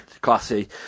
classy